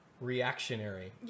reactionary